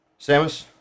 Samus